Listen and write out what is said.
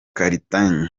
karitanyi